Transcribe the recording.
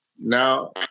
Now